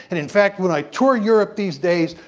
and in fact, when i tour europe these days,